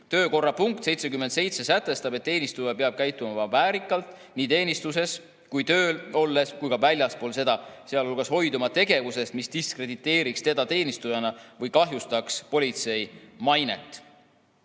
Töökorra punkt 77 sätestab, et teenistuja peab käituma väärikalt nii teenistuses, tööl olles kui ka väljaspool seda, sealhulgas hoiduma tegevusest, mis diskrediteeriks teda teenistujana või kahjustaks politsei mainet.